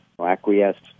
acquiesced